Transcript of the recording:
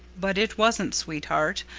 but it wasn't, sweetheart.